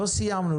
לא סיימנו.